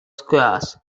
squares